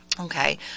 Okay